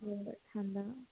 ঠাণ্ডা